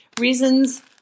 Reasons